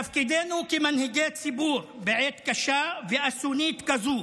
תפקידנו כמנהיגי ציבור בעת קשה ואסונית כזו